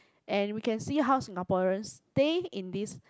and we can see how Singaporean stay in this